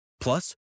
Plus